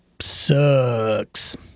Sucks